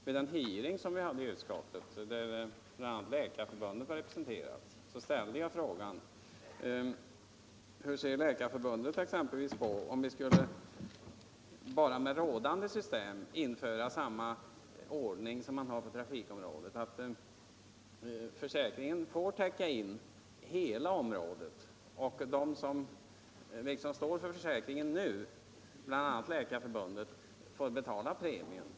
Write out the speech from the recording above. Vid den hearing vi hade i utskottet där bl.a. Läkarförbundet var representerat ställde jag frågan: Hur ser Läkarförbundet exempelvis på om vi med rådande system skulle införa samma ordning som man har på trafikområdet? Försäkringen skulle då få täcka in hela området, och de som står för försäkringen nu — bl.a. Läkarförbundet — får betala premien.